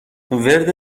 ورد